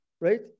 right